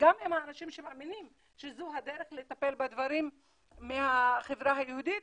וגם עם אנשים שמאמינים שזו הדרך לטפל בדברים מהחברה היהודית